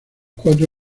cuatro